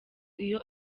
iyo